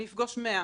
אני אפגוש מאה.